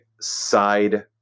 side